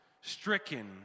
stricken